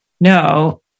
No